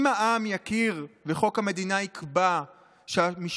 אם העם יכיר וחוק המדינה יקבע שהמשפט